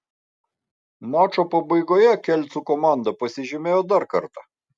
mačo pabaigoje kelcų komanda pasižymėjo dar kartą